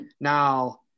now